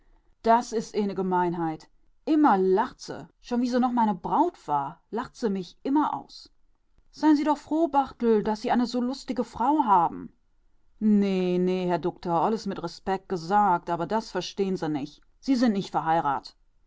das is eene gemeinheit immer lacht se schon wie se noch meine braut war lacht se mich immer aus seien sie doch froh barthel daß sie eine so lustige frau haben nee nee herr dukter olles mit respekt gesagt aber das verstehen se nich sie sind nicht verheirat't